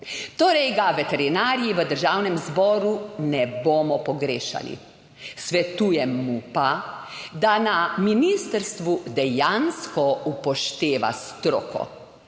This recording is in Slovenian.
Torej ga veterinarji v Državnem zboru ne bomo pogrešali, svetujem mu pa, da na ministrstvu dejansko upošteva stroko,